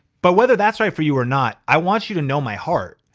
but whether that's right for you or not, i want you to know my heart.